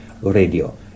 radio